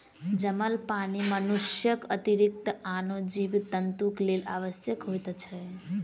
जमल पानि मनुष्यक अतिरिक्त आनो जीव जन्तुक लेल आवश्यक होइत छै